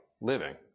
living